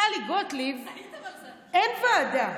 לטלי גוטליב אין ועדה.